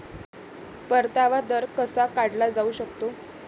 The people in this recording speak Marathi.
परतावा दर कसा काढला जाऊ शकतो?